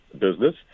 business